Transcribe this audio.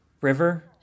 river